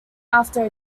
after